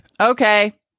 Okay